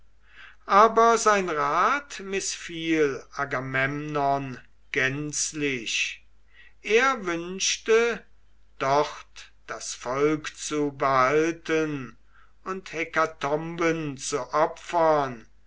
aber sein rat mißfiel agamemnon gänzlich er wünschte dort das volk zu behalten und hekatomben zu opfern